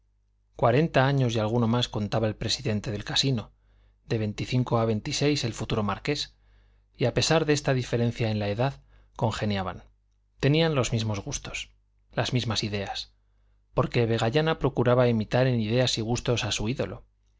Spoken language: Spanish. cuarenta años y alguno más contaba el presidente del casino de veinticinco a veintiséis el futuro marqués y a pesar de esta diferencia en la edad congeniaban tenían los mismos gustos las mismas ideas porque vegallana procuraba imitar en ideas y gustos a su ídolo